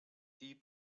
die